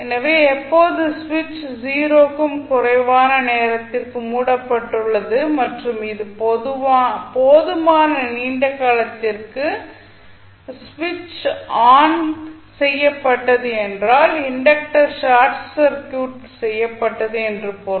எனவே எப்போது சுவிட்ச் 0 க்கும் குறைவான நேரத்திற்கு மூடப்பட்டுள்ளது மற்றும் இது போதுமான நீண்ட காலத்திற்கு சுவிட்ச் ஆன் செய்யப்பட்டது என்றால் இண்டக்டர் ஷார்ட் சர்க்யூட் செய்யப்பட்டது என்று பொருள்